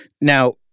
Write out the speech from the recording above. Now